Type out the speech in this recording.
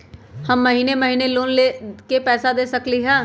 हम महिने महिने लोन के पैसा दे सकली ह?